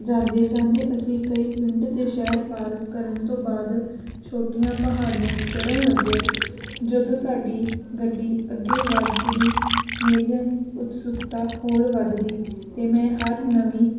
ਜਾਂਦੇ ਜਾਂਦੇ ਅਸੀਂ ਕਈ ਪਿੰਡ ਅਤੇ ਸ਼ਹਿਰ ਪਾਰ ਕਰਨ ਤੋਂ ਬਾਅਦ ਛੋਟੀਆਂ ਪਹਾੜੀਆਂ ਚੜ੍ਹਨ ਲੱਗੇ ਜਦੋਂ ਸਾਡੀ ਗੱਡੀ ਅੱਗੇ ਵੱਧਦੀ ਮੇਰੇ ਉਤਸੁਕਤਾ ਹੋਰ ਵੱਧਦੀ ਅਤੇ ਮੈਂ ਹਰ ਨਵੀਂ